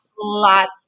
lots